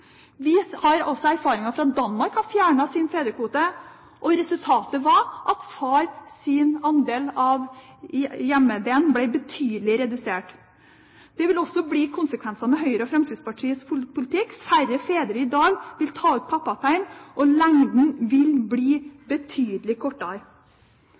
vi fjerner fedrekvoten. Danmark har fjernet sin fedrekvote, og resultatet var at fars tid hjemme ble betydelig redusert. Det vil også bli konsekvensen med Høyre og Fremskrittspartiets politikk – færre fedre enn i dag vil ta ut pappaperm, og den vil